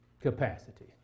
capacity